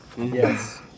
Yes